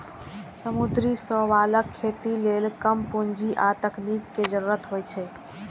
समुद्री शैवालक खेती लेल कम पूंजी आ तकनीक के जरूरत होइ छै